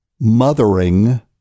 mothering